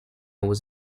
was